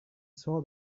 saw